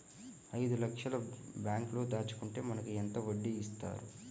ఐదు లక్షల బ్యాంక్లో దాచుకుంటే మనకు ఎంత వడ్డీ ఇస్తారు?